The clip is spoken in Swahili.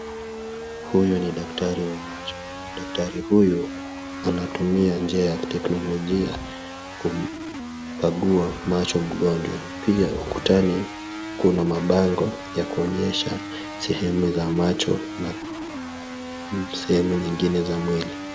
Huyu ni daktari wa macho. Daktari huyu anatumia njia ya kiteknolojia kumkagua macho mteja, pia ukutani kuna mabango ya kuonyesha sehemu nyingine ya macho na sehemu nyingine za mwili.